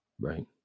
Right